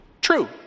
True